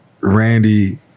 Randy